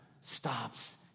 stops